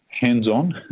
hands-on